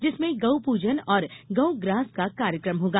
जिसमें गौ पूजन और गौ ग्रास का कार्यक्रम होगा